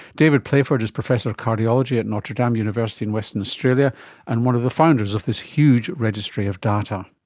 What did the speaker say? david playford is professor of cardiology at notre dame university in western australia and one of the founders of this huge registry of data.